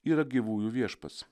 yra gyvųjų viešpats